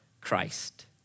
Christ